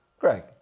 Greg